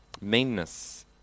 Meanness